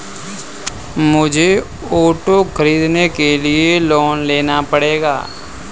मुझे ऑटो खरीदने के लिए लोन लेना पड़ेगा